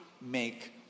make